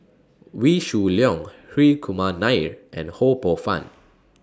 Wee Shoo Leong Hri Kumar Nair and Ho Poh Fun